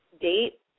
date